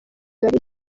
rishya